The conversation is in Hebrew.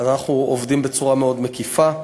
אז אנחנו עובדים בצורה מאוד מקיפה.